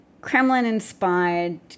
Kremlin-inspired